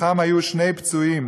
בתוכם היו שני פצועים